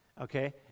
Okay